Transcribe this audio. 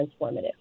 transformative